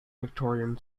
victorian